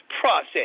process